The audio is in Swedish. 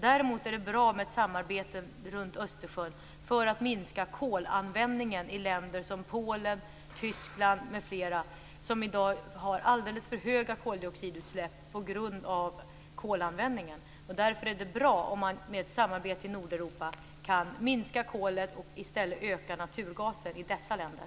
Däremot är det bra med ett samarbete runt Östersjön för att minska kolanvändningen i länder som Polen, Tyskland m.fl. som i dag har alldeles för höga koldioxidutsläpp på grund av kolanvändningen. Därför är det bra om man med ett samarbete i Nordeuropa kan minska användningen av kol och i stället öka naturgasanvändningen i dessa länder.